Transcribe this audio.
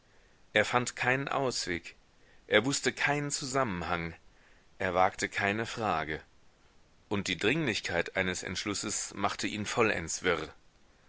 er fand keinen ausweg er wußte keinen zusammenhang er wagte keine frage und die dringlichkeit eines entschlusses machte ihn vollends wirr